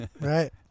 right